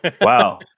wow